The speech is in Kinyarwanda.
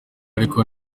ariko